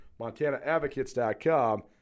MontanaAdvocates.com